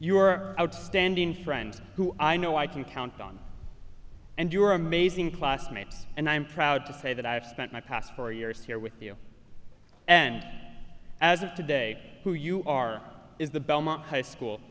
your outstanding friends who i know i can count on and you are amazing classmates and i'm proud to say that i have spent my past four years here with you and as of today who you are is the belmont high school